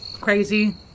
crazy